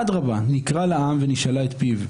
אדרבה, נקרא לעם ונשאלה את פיו.